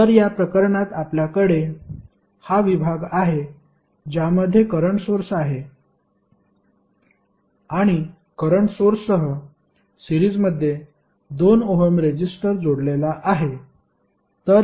तर या प्रकरणात आपल्याकडे हा विभाग आहे ज्यामध्ये करंट सोर्स आहे आणि करंट सोर्ससह सिरीजमध्ये 2 ओहम रेजिस्टर जोडलेला आहे